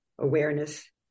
awareness